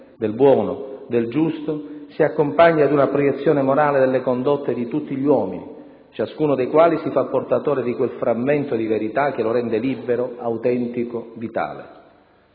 del buono, del giusto si accompagna ad una proiezione morale delle condotte di tutti gli uomini, ciascuno dei quali si fa portatore di quel frammento di verità che lo rende libero, autentico, vitale.